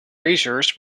razors